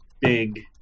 big